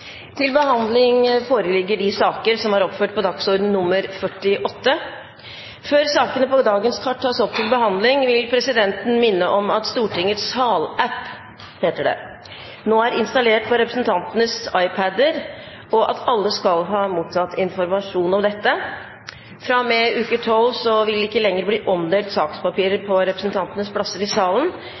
til behandling, vil presidenten minne om at Stortingets sal-app nå er installert på representantenes iPad-er, og at alle skal ha mottatt informasjon om dette. Fra og med uke 12 vil det ikke lenger bli omdelt sakspapirer på representantenes plasser i salen,